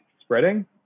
spreading